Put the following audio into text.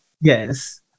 Yes